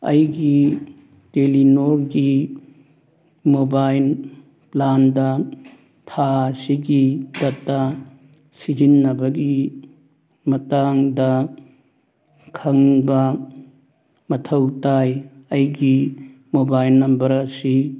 ꯑꯩꯒꯤ ꯇꯦꯂꯤꯅꯣꯒꯤ ꯃꯣꯕꯥꯏꯜ ꯄ꯭ꯂꯥꯟꯗ ꯊꯥ ꯑꯁꯤꯒꯤ ꯗꯇꯥ ꯁꯤꯖꯤꯟꯅꯕꯒꯤ ꯃꯇꯥꯡꯗ ꯈꯪꯕ ꯃꯊꯧ ꯇꯥꯏ ꯑꯩꯒꯤ ꯃꯣꯕꯥꯏꯜ ꯅꯝꯕꯔ ꯑꯁꯤ